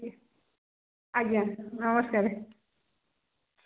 ଆଜ୍ଞା ନମସ୍କାରେ